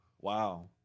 wow